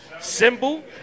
symbol